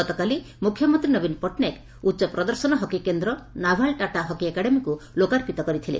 ଗତକାଲି ମୁଖ୍ୟମନ୍ତୀ ନବୀନ ପଟ୍ଟନାୟକ ଉଚ୍ଚ ପ୍ରଦର୍ଶନ ହକି କେନ୍ଦ ନାଭାଲ୍ ଟାଟା ହକି ଏକାଡେମୀକୁ ଲୋକାର୍ପିତ କରିଥିଲେ